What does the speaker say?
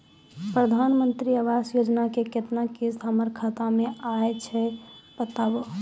प्रधानमंत्री मंत्री आवास योजना के केतना किस्त हमर खाता मे आयल छै बताबू?